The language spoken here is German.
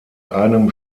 einem